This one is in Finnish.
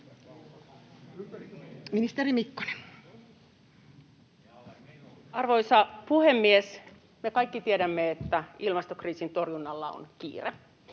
Ministeri Mikkonen. Arvoisa puhemies! Me kaikki tiedämme, että ilmastokriisin torjunnalla on kiire.